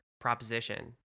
proposition